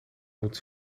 moet